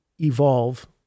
evolve